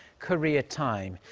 korea time.